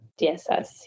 DSS